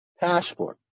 passport